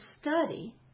study